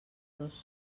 dos